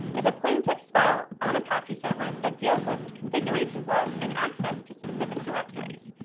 is a plain text file on apache servers that deals with the configurations of and access to specific directories.